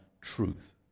truth